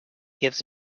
gives